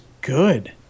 good